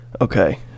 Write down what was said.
okay